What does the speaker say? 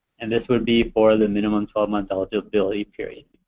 and this would be for the minimum twelve month eligibility period.